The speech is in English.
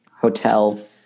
hotel